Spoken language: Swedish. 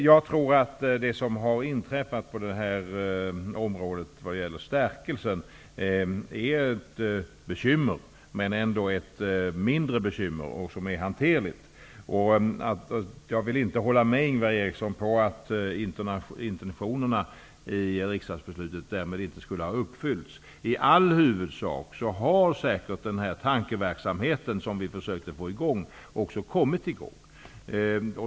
Jag tror att det som har inträffat på området vad gäller stärkelsen är ett bekymmer, men ändå ett mindre bekymmer som är mer hanterligt. Jag vill inte hålla med Ingvar Eriksson om att intentionerna i riksdagsbeslutet inte har uppfyllts. I all huvudsak har säkert den tankeverksamhet som vi försökte att få i gång också kommit i gång.